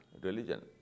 religion